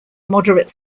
moderate